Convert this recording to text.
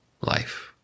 life